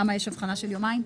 למה יש הבחנה של יומיים?